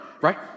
right